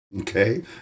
Okay